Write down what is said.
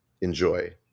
enjoy